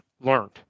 learned